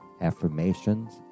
affirmations